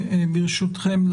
ברשותכם,